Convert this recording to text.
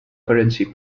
currency